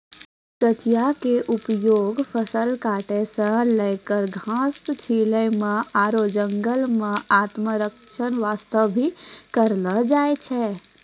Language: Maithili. कचिया के उपयोग फसल काटै सॅ लैक घास छीलै म आरो जंगल मॅ आत्मरक्षा वास्तॅ भी करलो जाय छै